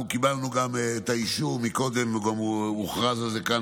אנחנו קיבלנו גם את האישור קודם וגם הוכרז כאן,